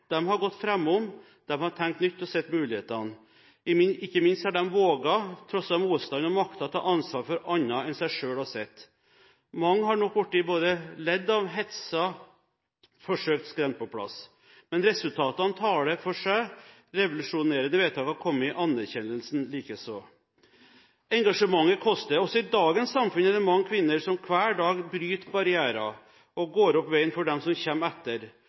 har gått foran, de har tenkt nytt og sett mulighetene. Ikke minst har de våget, trosset motstand og maktet å ta ansvar for andre enn seg selv og sitt. Mange har nok blitt både ledd av, hetset, forsøkt skremt på plass, men resultatene taler for seg. Revolusjonerende vedtak har kommet, anerkjennelsen likeså. Engasjement koster. Også i dagens samfunn er det mange kvinner som hver dag bryter barrierer og går opp veien for dem som kommer etter,